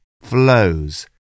flows